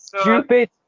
stupid